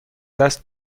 دست